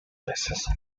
basis